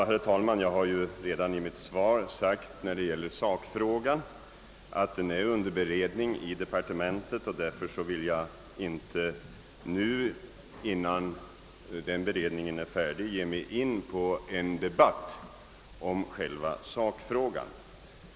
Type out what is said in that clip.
Herr talman! När det gäller sakfrågan har jag redan i mitt svar sagt att den är under beredning i departementet och att jag därför inte nu, innan beredningen är färdig, vill ge mig in i en debatt.